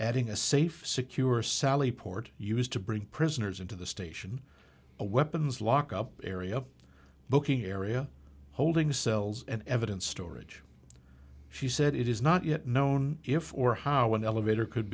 adding a safe secure sally port used to bring prisoners into the station a weapons lock up area booking area holding cells and evidence storage she said it is not yet known if or how an elevator could